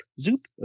zoop